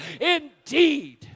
indeed